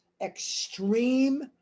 extreme